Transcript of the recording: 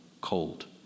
cold